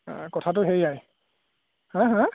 কথাটো সেইয়াই হা হা